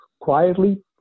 quietly